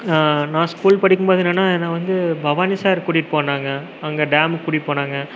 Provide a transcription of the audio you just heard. நான் ஸ்கூல் படிக்கும் போது என்னென்னா என்ன வந்து பவானிசாகர் கூட்டிட்டு போனாங்க அங்கே டேமுக்கு கூட்டிட்டு போனாங்க